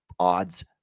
odds